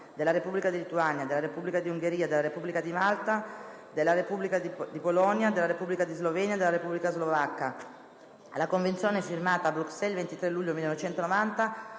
della Repubblica di Lituania, della Repubblica di Ungheria, della Repubblica di Malta, della Repubblica di Polonia, della Repubblica di Slovenia e della Repubblica slovacca alla Convenzione firmata a Bruxelles il 23 luglio 1990,